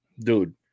dude